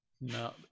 No